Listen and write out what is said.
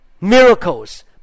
miracles